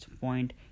point